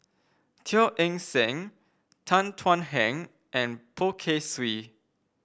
Teo Eng Seng Tan Thuan Heng and Poh Kay Swee